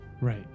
Right